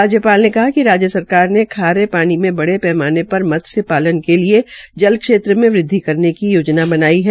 राज्यपाल ने कहा कि राज्य सरकार ने खारे पानी में बडे पैमाने पर मत्सय पालन के लिए जल क्षेत्र में वृदधि करने की योजन भी बनाई है